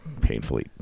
painfully